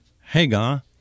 Hagar